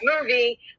movie